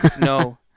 No